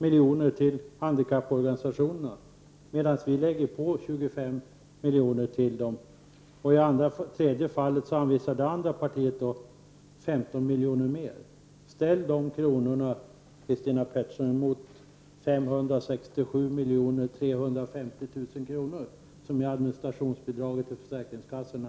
miljoner från handikapporganisationerna medan vi lägger på 25 miljoner till dem, och i det andra fallet anvisar det andra partiet 15 miljoner mer. Ställ de beloppen mot 567 350 000 kr., som är administrationsbidraget till försäkringskassorna!